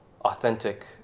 authentic